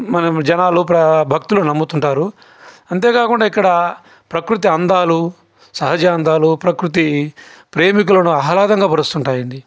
మనం జనాలు ప్ర భక్తులు నమ్ముతుంటారు అంతేకాకుండా ఇక్కడ ప్రకృతి అందాలు సహజ అందాలు ప్రకృతి ప్రేమికులను ఆహ్లాద పరుస్తు ఉంటాయండి